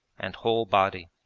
and whole body.